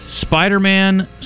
Spider-Man